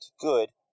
good